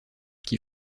qui